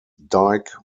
dyke